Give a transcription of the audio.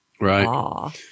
Right